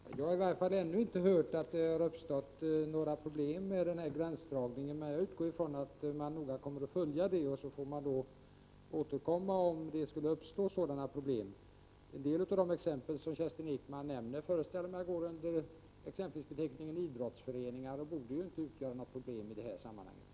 Fru talman! Jag har i varje fall ännu inte hört talas om några problem med denna gränsdragning. Jag utgår ifrån att man noga kommer att följa utvecklingen och återkomma ifall sådana problem uppstår. En del av de föreningar som Kerstin Ekman gav exempel på borde, föreställer jag mig, kunna gå under beteckningen idrottsföreningar och alltså inte utgöra något problem.